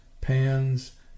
pans